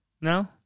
No